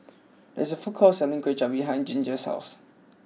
there is a food court selling Kuay Chap behind Ginger's house